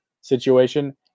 situation